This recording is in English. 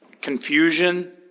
confusion